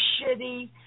shitty